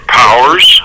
powers